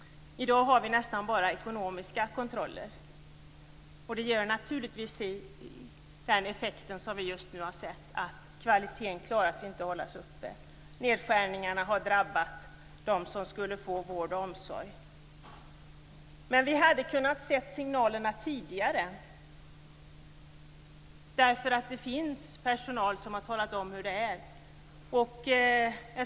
I dag har vi nästan bara ekonomiska kontroller. Det får naturligtvis den effekt som vi nu har sett, nämligen att kvaliteten inte kan hållas uppe. Nedskärningarna har drabbat dem som skulle få vård och omsorg. Vi skulle dock ha kunnat se signalerna tidigare. Det finns ju personal som har talat om hur det är.